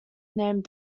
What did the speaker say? named